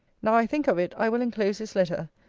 now i think of it, i will enclose his letter,